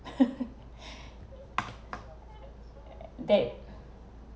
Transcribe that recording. that